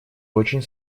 очень